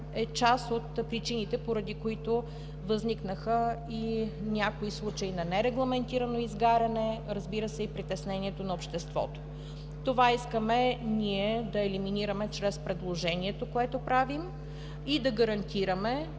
е част от причините, поради които възникнаха и някои случаи на нерегламентирано изгаряне, разбира се, и притеснението на обществото. Ние искаме да елиминираме това чрез предложението, което правим, и да гарантираме,